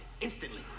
instantly